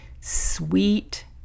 sweet